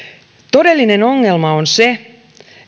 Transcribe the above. todellinen ongelma on se